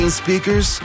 speakers